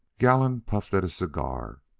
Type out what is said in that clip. gallon puffed at his cigar,